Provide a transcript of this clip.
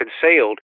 concealed